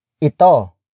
Ito